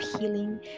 healing